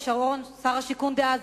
שר השיכון דאז,